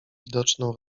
widoczną